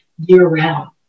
year-round